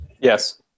yes